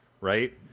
right